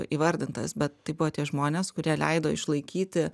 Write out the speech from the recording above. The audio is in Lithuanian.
įvardintas bet tai buvo tie žmonės kurie leido išlaikyti